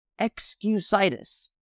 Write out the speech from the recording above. excusitis